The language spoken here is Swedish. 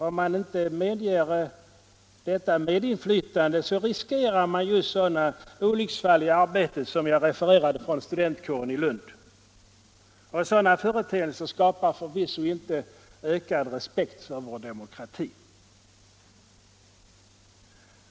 Om inte detta medinflytande tillåts riskeras sådana olycksfall i arbetet som jag refererade beträffande studentkåren i Lund. Sådana företeelser skapar förvisso inte ökad respekt för vår demokrati.